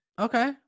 Okay